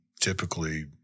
typically